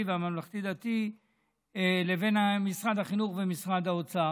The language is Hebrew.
והממלכתי-דתי לבין משרד החינוך ומשרד האוצר.